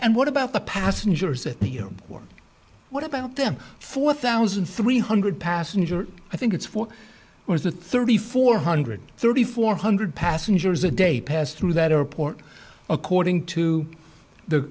and what about the passengers a year or what about them four thousand three hundred passengers i think it's for the thirty four hundred thirty four hundred passengers a day pass through that airport according to the